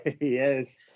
Yes